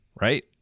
right